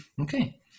Okay